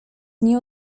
nie